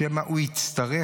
שמא הוא יצטרך,